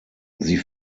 sie